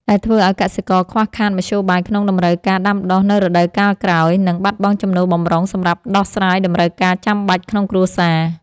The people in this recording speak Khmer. ដែលធ្វើឱ្យកសិករខ្វះខាតមធ្យោបាយក្នុងតម្រូវការដាំដុះនៅរដូវកាលក្រោយ និងបាត់បង់ចំណូលបម្រុងសម្រាប់ដោះស្រាយតម្រូវការចាំបាច់ក្នុងគ្រួសារ។